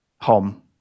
Home